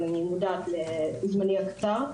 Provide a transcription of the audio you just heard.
אבל אני מודעת לזמני הקצר,